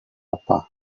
apa